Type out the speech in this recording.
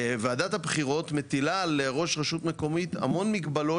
ועדת הבחירות מטילה על ראש רשות מקומית המון מגבלות